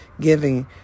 giving